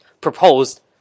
proposed